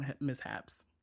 mishaps